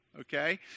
Okay